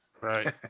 Right